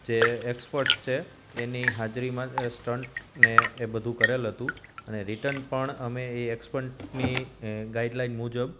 જે એક્સપર્ટ છે એની હાજરીમાં સ્ટંટ ને એ બધું કરેલ હતું અને રિટર્ન પણ અમે એ એક્સપર્ટની ગાઈડલાઈન મુજબ